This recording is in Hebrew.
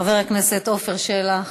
חבר הכנסת עפר שלח,